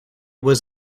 was